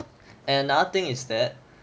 another thing is that